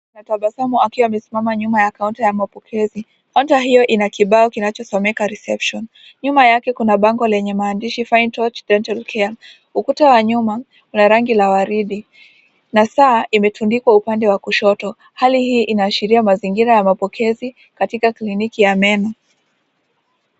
Anatabasamu akiwa amesimama nyuma ya counter ya mapokezi, hoja hiyo Ina kibao kinachosomeka reception . Nyuma yake kuna bango lenye maandishi[cs ]fine torch dental care ukuta wa nyuma una rangi la waridi, na saa imetundika upande wa kushoto. Hali hii inaashiria mazingira ya mapokezi katika kliniki ya meno.